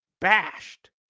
bashed